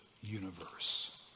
universe